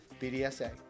BDSA